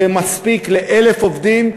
זה מספיק ל-1,000 עובדים,